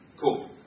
Cool